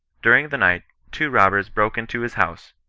during the night, two robbers broke into his house,